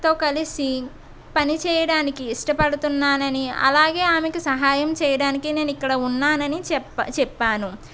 తో కలిసి పని చేయడానికి ఇష్టపడుతున్నానని అలాగే ఆమెకు సహాయం చేయడానికి నేను ఇక్కడ ఉన్నానని చెప్పి చెప్పాను